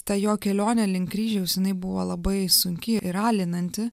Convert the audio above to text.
ta jo kelionė link kryžiaus jinai buvo labai sunki ir alinanti